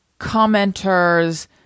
commenters